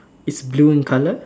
it's blue in colour